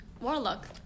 warlock